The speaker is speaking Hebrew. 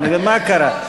יש עדיין כמה ניצבים,